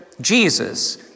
Jesus